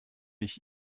ich